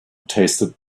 tasted